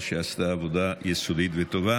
שעשתה עבודה יסודית וטובה.